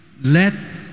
let